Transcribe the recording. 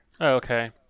Okay